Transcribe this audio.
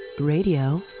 Radio